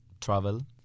travel